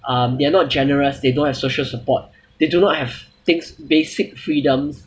um they're not generous they don't have social support they do not have things basic freedom